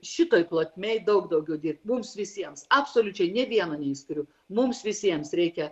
šitoj plotmėj daug daugiau dirbti mums visiems absoliučiai nė vieno neišskiriu mums visiems reikia